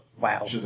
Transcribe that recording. wow